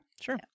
Sure